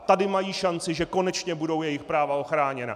Tady mají šanci, že konečně budou jejich práva ochráněna.